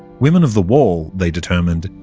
women of the wall, they determined,